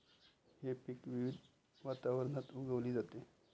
हे पीक विविध वातावरणात उगवली जाते